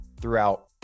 throughout